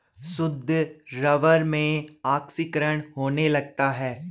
शुद्ध रबर में ऑक्सीकरण होने लगता है